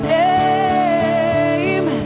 name